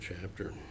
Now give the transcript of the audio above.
chapter